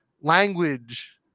Language